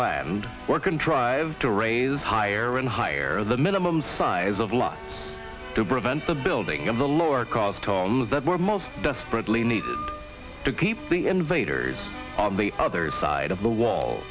land or contrived to raise higher and higher the minimum size of law to prevent the building of the lower cost on that were most desperately need to keep the invaders on the other side of the wall